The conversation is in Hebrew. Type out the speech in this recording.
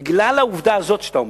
בגלל העובדה הזאת שאתה אומר,